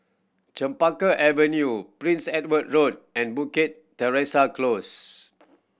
Chempaka Avenue Prince Edward Road and Bukit Teresa Close